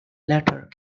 later